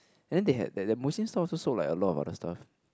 then they had that that Muslim store also sold like a lot of other stuffs